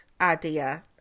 idea